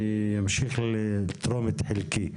אני אמשיך לתרום את חלקי,